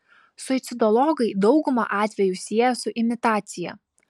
suicidologai daugumą atvejų sieja su imitacija